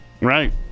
right